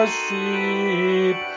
sheep